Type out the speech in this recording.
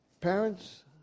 Parents